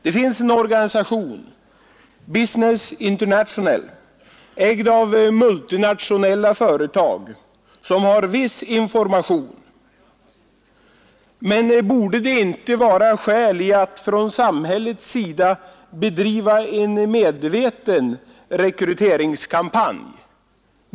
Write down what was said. Det finns en organisation, Business International, ägd av multinationella företag, som har viss information, men borde det inte vara skäl i att från samhällets sida bedriva en medveten rekryteringskampanj?